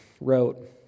wrote